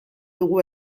dugu